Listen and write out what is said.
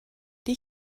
die